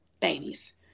babies